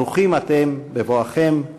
ברוכים אתם בבואכם.